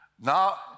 Now